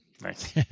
nice